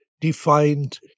defined